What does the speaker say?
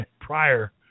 prior